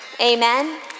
Amen